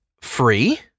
free